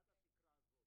היום 3 בדצמבר 2018,